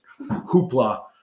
hoopla